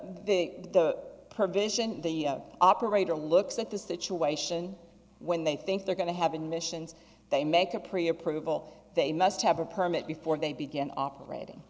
the the provision the operator looks at the situation when they think they're going to have an missions they make a pre approval they must have a permit before they began operating